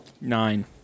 Nine